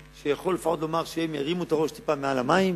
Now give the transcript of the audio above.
כדי שלפחות אפשר יהיה לומר שהם הרימו את הראש קצת מעל המים.